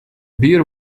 beer